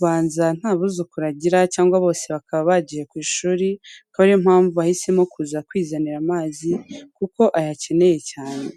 banza nta buzukuru agira cyangwa bose bakaba bagiye ku ishuri, bikaba ko ariyo mpamvu ahisemo kuza kwizanira amazi kuko ayakeneye cyane.